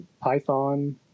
Python